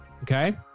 okay